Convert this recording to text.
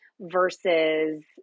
versus